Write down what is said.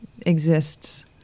exists